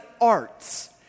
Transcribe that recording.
arts